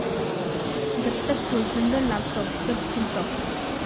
गत्त्रर फूल सुंदर लाग्तोक जब खिल तोक